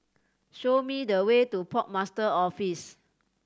show me the way to Port Master's Office